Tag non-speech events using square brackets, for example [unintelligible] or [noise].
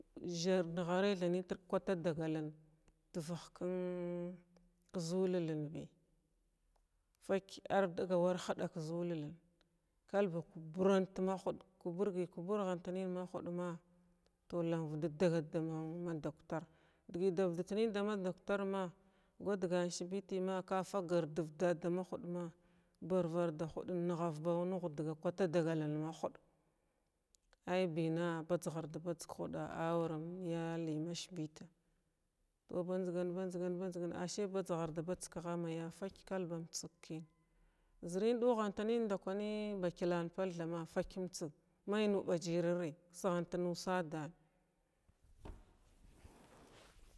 Ʒhir nharai tha nitr kwatada galn tvhkn kʒululunbi faky ar dagau arhdakʒululun kalba kuburant mahud kuburgi kubur hant nin mahudma to landvft dagat dama dakwtar dgi davdit nin dama dakwtama gwadgan shibitima ka fahgar dv dada ma hud ma barvar da hudin nhavba nhwdga kwata agaln mahud aibina badʒharda badʒg khuda awaram ya li mashibita to badʒgan badʒan badʒgan ashe badʒhardabadʒg khamaya [unintelligible] kalbam tsg kina, ʒrin duhant nin ndakwani ba kyilan pal thama kal [unintelligible] umtsgkiha mai nuba jiriri ks hant nusadan.